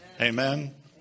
Amen